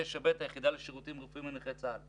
שניכנס לכל הפרטים של הדבר הזה.